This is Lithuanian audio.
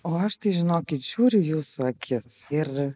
o aš tai žinokit žiūriu į jūsų akis ir